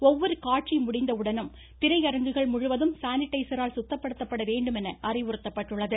ஒவ்வொரு காட்சி முடிந்தவுடனும் திரைஅரங்குகள் முழுவதும் சானிடைசரால் சுத்தப்படுத்தபட வேண்டும் என அறிவுறுத்தப்பட்டுள்ளது